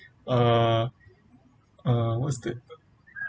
uh uh what's that